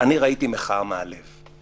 אני ראיתי מחאה מהלב.